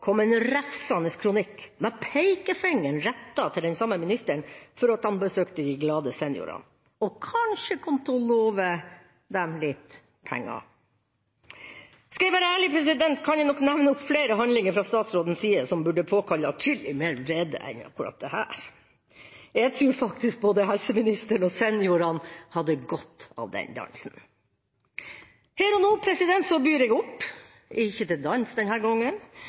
kom en refsende kronikk med pekefingeren rettet mot den samme ministeren for at han besøkte de glade seniorer, og kanskje kom til å love dem litt penger. Skal jeg være ærlig, kan jeg nok nevne opptil flere handlinger fra statsrådens side som burde påkalle adskillig mer vrede enn akkurat dette. Jeg tror faktisk både helseministeren og seniorene hadde godt av den dansen. Her og nå byr jeg opp, ikke til dans denne gangen,